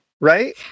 right